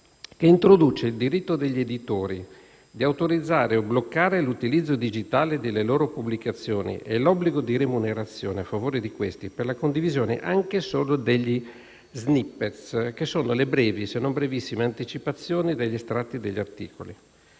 che introduce il diritto degli editori di autorizzare o bloccare l'utilizzo digitale delle loro pubblicazioni e l'obbligo di remunerazione a favore di questi per la condivisione anche solo degli *snippet*, che sono le brevi, se non brevissime, anticipazioni degli estratti degli articoli;